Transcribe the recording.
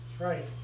Right